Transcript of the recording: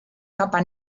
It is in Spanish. capa